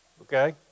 okay